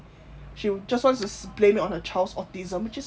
she just wants to blame on her child's autism which is not right [what]